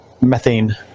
methane